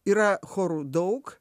yra chorų daug